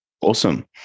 Awesome